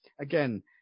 Again